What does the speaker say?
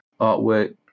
artwork